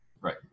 Right